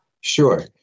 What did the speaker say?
Sure